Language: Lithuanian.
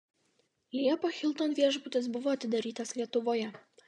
liepą hilton viešbutis buvo atidarytas lietuvoje